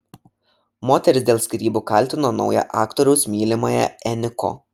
moteris dėl skyrybų kaltino naują aktoriaus mylimąją eniko